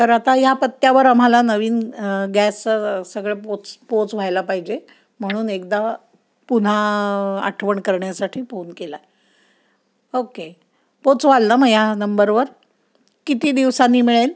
तर आता या पत्त्यावर आम्हाला नवीन गॅस सगळं पोच पोच व्हायला पाहिजे म्हणून एकदा पुन्हा आठवण करण्यासाठी फोन केला ओके पोचवाल ना मग या नंबरवर किती दिवसांनी मिळेल